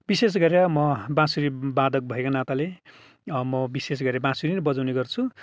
विशेष गरेर म बाँसुरीवादक भएको नाताले म विशेष गरी बाँसुरी नै बजाउने गर्छु